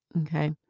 okay